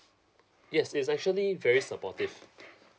yes is actually very supportive